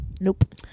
Nope